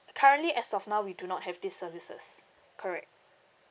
currently as of now we do not have these services correct